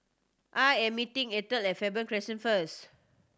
I am meeting Ethel at Faber Crescent first